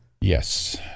Yes